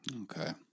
Okay